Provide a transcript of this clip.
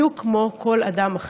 בדיוק כמו כל אדם אחר.